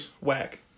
Whack